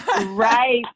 Right